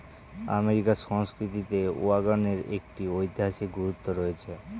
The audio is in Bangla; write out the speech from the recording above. আমেরিকার সংস্কৃতিতে ওয়াগনের একটি ঐতিহাসিক গুরুত্ব রয়েছে